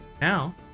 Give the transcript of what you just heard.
now